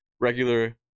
regular